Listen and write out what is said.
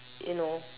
you know